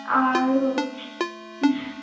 আর হচ্ছে